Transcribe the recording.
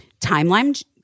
Timeline